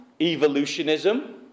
evolutionism